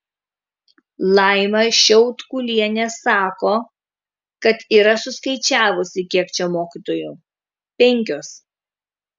laima šiaudkulienė sako kad yra suskaičiavusi kiek čia mokytojų penkios